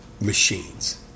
machines